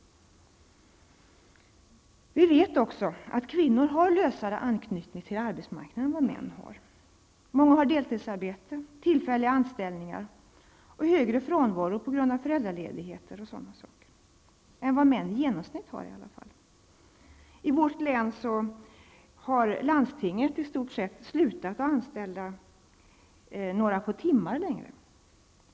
Vi vet också att kvinnor har lösare anknytning till arbetsmarknaden än vad män har. Många har deltidsarbete, tillfälliga anställningar, och högre frånvaro på grund av föräldraledigheter osv. än vad män i genomsnitt har. I vårt län har landstinget i stort sett slutat att anställa några per timme.